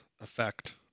effect